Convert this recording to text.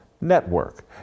Network